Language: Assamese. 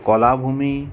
কলাভূমি